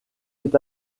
est